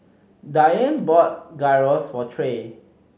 Diane bought Gyros for Trae